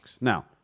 Now